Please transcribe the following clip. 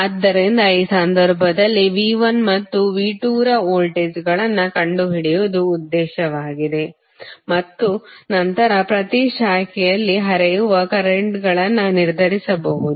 ಆದ್ದರಿಂದ ಈ ಸಂದರ್ಭದಲ್ಲಿ V1 ಮತ್ತು V2 ರ ವೋಲ್ಟೇಜ್ಗಳನ್ನು ಕಂಡುಹಿಡಿಯುವುದು ಉದ್ದೇಶವಾಗಿದೆ ಮತ್ತು ನಂತರ ಪ್ರತಿ ಶಾಖೆಯಲ್ಲಿ ಹರಿಯುವ ಕರೆಂಟ್ಗಳನ್ನು ನಿರ್ಧರಿಸಬಹುದು